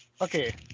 Okay